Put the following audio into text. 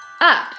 up